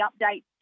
update